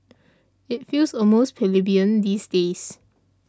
it feels almost plebeian these days